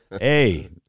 Hey